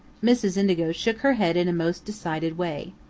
mrs. indigo shook her head in a most decided way.